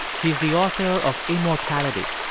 he's the author of immortality.